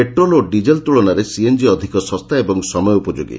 petrol ଓ diesel ତୁଳନାରେ ସିଏନ୍କି ଅଧିକ ଶସ୍ତା ଏବଂ ସମୟୋପଯୋଗୀ